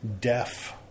deaf